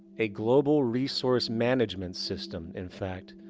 a global resource management system, in fact,